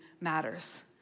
matters